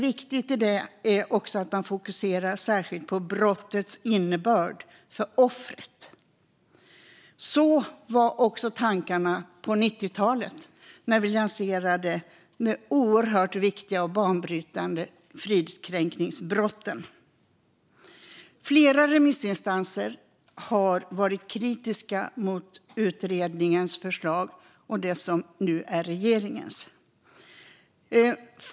Viktigt i detta är också att man fokuserar särskilt på brottets innebörd för offret. Sådana var också tankarna på 90-talet när vi lanserade de oerhört viktiga och banbrytande fridskränkningsbrotten. Flera remissinstanser har varit kritiska till utredningens förslag och det som nu är regeringens förslag.